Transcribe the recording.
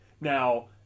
now